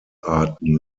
arten